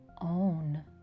own